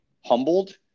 humbled